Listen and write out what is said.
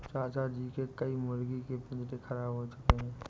चाचा जी के कई मुर्गी के पिंजरे खराब हो चुके हैं